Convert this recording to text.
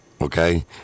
okay